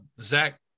Zach